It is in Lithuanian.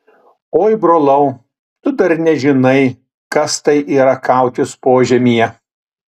oi brolau tu dar nežinai kas tai yra kautis požemyje